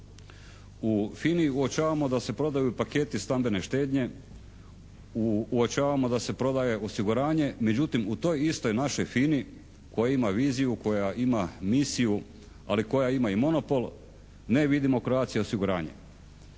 U FINA-i uočavamo da se prodaju paketi stambeni štednje, uočavamo da se prodaje osiguranje. Međutim, u toj istoj našoj FINA-i koja ima viziju, koja ima misiju ali koja ima i monopol ne vidimo Croatia osiguranje.